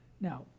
Now